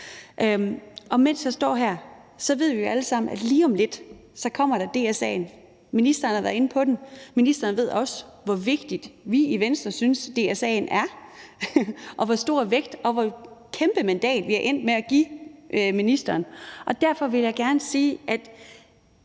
og mens jeg står her, ved vi jo alle sammen, at lige om lidt kommer DSA'en. Ministeren har været inde på den, og ministeren ved også, hvor vigtig vi i Venstre synes den er, og hvor stor en vægt den har, og hvilket kæmpe mandat vi er endt med at give ministeren, og derfor vil jeg gerne sige, at